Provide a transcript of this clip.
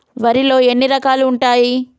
వరిలో ఎన్ని రకాలు ఉంటాయి?